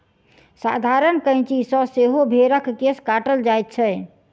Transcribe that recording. साधारण कैंची सॅ सेहो भेंड़क केश काटल जाइत छै